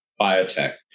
biotech